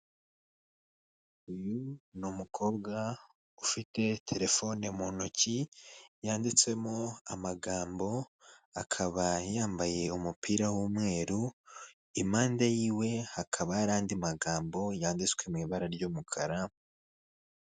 Uyu ni umukobwa ufite telefone mu ntoki, yanditsemo amagambo akaba yambaye umupira w'umweru, i mpande yiwe hakaba hari andi magambo yanditswe mu ibara ry'umukara.